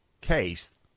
case